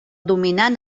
dominant